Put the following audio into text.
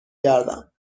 گردم